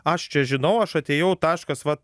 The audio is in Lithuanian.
aš čia žinau aš atėjau taškas va